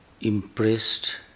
impressed